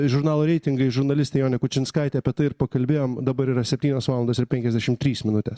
žurnalo reitingai žurnalistė jonė kučinskaitė apie tai ir pakalbėjom dabar yra septynios valandos ir penkiasdešimt trys minutės